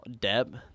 Deb